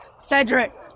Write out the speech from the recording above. Cedric